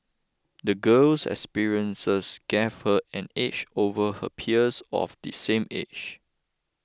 the girl's experiences gave her an edge over her peers of the same age